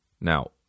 Now